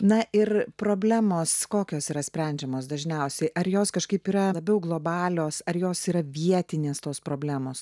na ir problemos kokios yra sprendžiamos dažniausiai ar jos kažkaip yra labiau globalios ar jos yra vietinės tos problemos